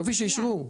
יופי שאישרו.